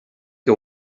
què